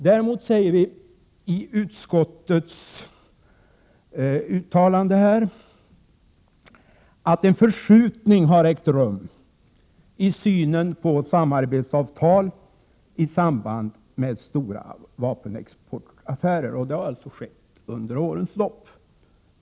Däremot säger vi i utskottets uttalande att en förskjutning har ägt rum i synen på samarbetsavtal i samband med stora vapenexportaffärer. Det har alltså skett under årens lopp.